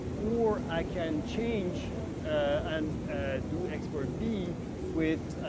or i can change and do expert b with,